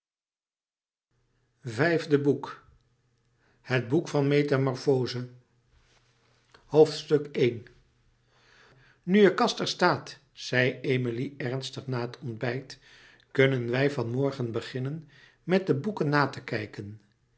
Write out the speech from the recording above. het boek van metamorfoze louis couperus metamorfoze nu je kast er staat zei emilie ernstig na het onbijt kunnen wij van morgen beginnen met de boeken na te kijken